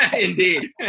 indeed